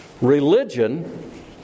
religion